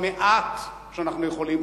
המעט שאנחנו יכולים,